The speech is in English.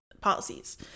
policies